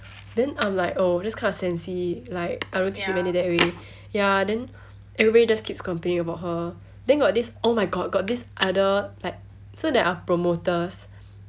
then I'm like oh that's kind of sensi like I don't think she meant it that way ya then everybody just keeps complaining about her then got this oh my god got this other like so there are promoters